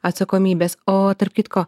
atsakomybės o tarp kitko